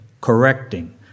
correcting